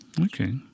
Okay